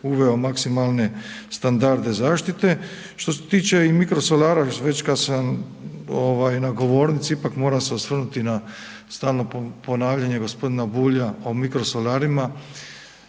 uveo maksimalne standarde zaštite. Što se tiče i mikrosolara već kad sam na govornici, ipak moram se osvrnuti na stalno ponavljanje g. Bulja o mikrosolarima,